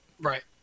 Right